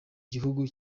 gihugu